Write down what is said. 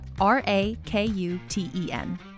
R-A-K-U-T-E-N